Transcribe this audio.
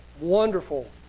wonderful